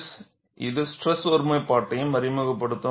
இது ஸ்ட்ரெஸ் ஒருமைப்பாட்டையும் அறிமுகப்படுத்தும்